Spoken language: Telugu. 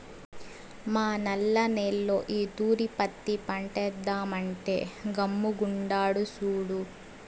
మా నల్ల నేల్లో ఈ తూరి పత్తి పంటేద్దామంటే గమ్ముగుండాడు సూడు